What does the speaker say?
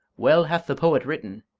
well hath the poet written